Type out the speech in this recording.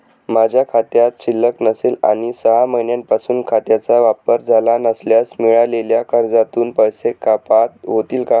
माझ्या खात्यात शिल्लक नसेल आणि सहा महिन्यांपासून खात्याचा वापर झाला नसल्यास मिळालेल्या कर्जातून पैसे कपात होतील का?